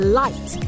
light